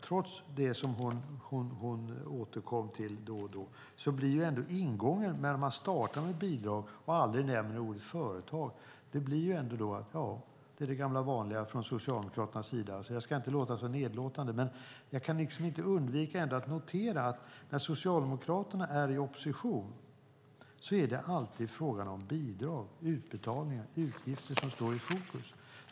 Trots det hon återkom till då och då blir ingången när man startar med bidrag och aldrig nämner ordet företag ändå det gamla vanliga från Socialdemokraternas sida. Jag ska inte låta nedlåtande, men jag kan inte undvika att notera att det när Socialdemokraterna är i opposition alltid är fråga om bidrag, utbetalningar och utgifter som står i fokus.